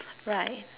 right